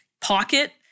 pocket